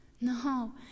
No